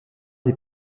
des